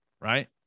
right